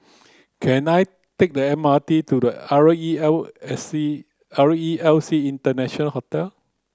can I take the M R T to R E L C R E L C International Hotel